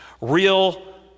real